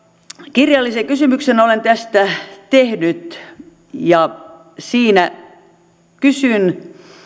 kirjallisen kysymyksen olen tästä tehnyt ja siinä kysyn